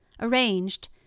arranged